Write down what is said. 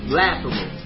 laughable